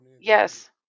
Yes